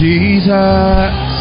Jesus